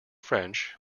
french